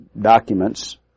documents